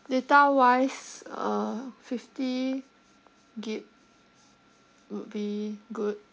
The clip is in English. data wise uh fifty gig would be good